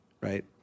right